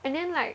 and then like